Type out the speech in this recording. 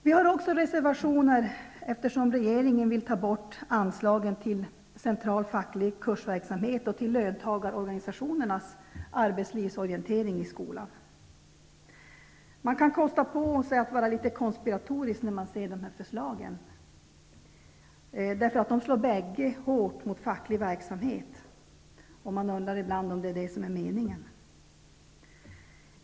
Vi har också reservationer med anledning av att regeringen vill ta bort anslagen till central facklig kursverksamhet och till löntagarorganisationernas arbetslivsorientering i skolan. Man kan kosta på sig att vara litet konspiratorisk när man ser dessa förslag. De slår bägge hårt mot facklig verksamhet, och man undrar ibland om det är det som är meningen.